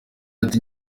ati